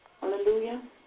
Hallelujah